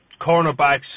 cornerbacks